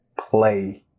play